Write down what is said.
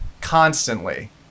constantly